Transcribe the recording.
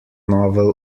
novel